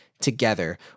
together